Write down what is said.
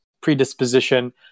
predisposition